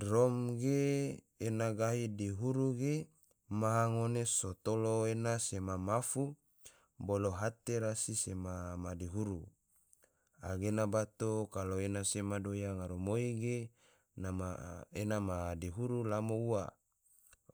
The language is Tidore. Drom ge ena gahi diburu ge, maha ngone so tolo ena sema mafu bolo hate rasi sema madihuru, a gena bato kalo ena se madoya ngaramoi ge ena ma madihuru lamo ua,